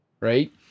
right